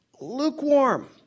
lukewarm